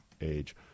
age